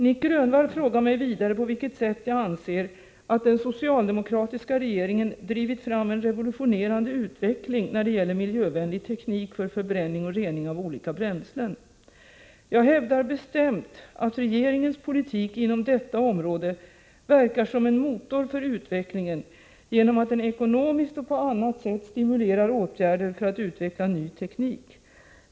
Nic Grönvall frågar mig vidare på vilket sätt jag anser att den socialdemo 133 kratiska regeringen ”drivit fram en revolutionerande utveckling när det gäller miljövänlig teknik för förbränning och rening av olika bränslen”. Jag hävdar bestämt att regeringens politik inom detta område verkar som en motor för utvecklingen genom att den ekonomiskt och på annat sätt stimulerar åtgärder för att utveckla ny teknik.